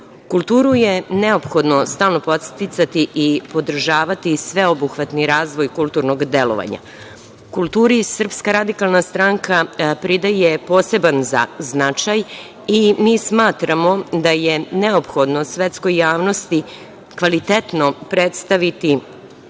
zakona. Kulturu je neophodno stalno podsticati i podržavati sveobuhvatni razvoj kulturnog delovanja. Kulturi Srpska radikalna stranka pridaje poseban značaj i mi smatramo da je neophodno svetskoj javnosti kvalitetno predstaviti